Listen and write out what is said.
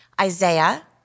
Isaiah